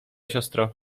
siostro